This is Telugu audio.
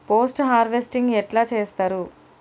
పోస్ట్ హార్వెస్టింగ్ ఎట్ల చేత్తరు?